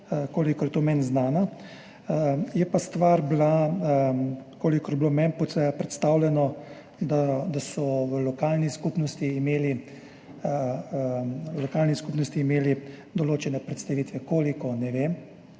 kolikor je to meni znano. Je pa bila stvar [v tem], kolikor je bilo meni predstavljeno, da so v lokalni skupnosti imeli določene predstavitve. Koliko, ne vem.